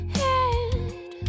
head